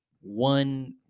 one